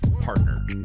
partner